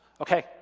Okay